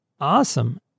Awesome